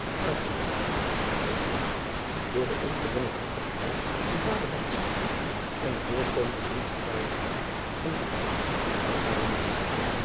aangemoedigd en opgewekt door de ongedwongen hartelijkheid van vader driaan oosjes zn et leven van aurits ijnslager en de voorkomende dienstvaardigheid van de blijde en dankbare moeder